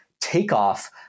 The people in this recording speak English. takeoff